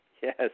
Yes